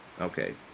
Okay